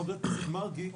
ח"כ מרגי,